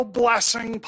blessing